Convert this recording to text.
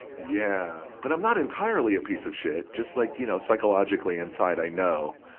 yeah. but i'm not entirely a piece of shit. just like, you know, psychologically inside, i know